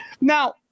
Now